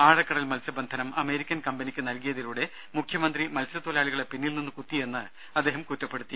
ആഴക്കടൽ മത്സ്യബന്ധനം അമേരിക്കൻ കമ്പനിക്ക് നൽകിയതിലൂടെ മുഖ്യമന്ത്രി മത്സ്യത്തൊഴിലാളികളെ പിന്നിൽ നിന്ന് കുത്തിയെന്ന് അദ്ദേഹം കുറ്റപ്പെടുത്തി